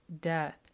death